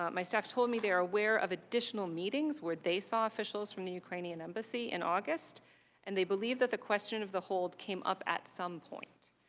um my staff told me they are aware of additional meetings where they saw officials from the ukrainian embassy in august and they believe the question of the hold came up at some point.